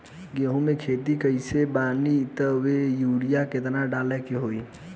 गेहूं के खेती कइले बानी त वो में युरिया केतना डाले के होई?